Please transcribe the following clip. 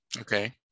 Okay